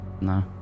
No